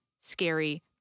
scary